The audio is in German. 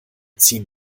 ziehen